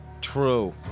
True